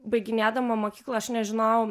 baiginėdama mokyklą aš nežinojau